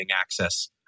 access